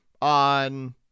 on